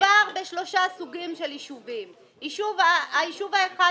מדובר בשלושה סוגים של יישובים: היישוב האחד